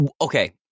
Okay